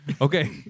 Okay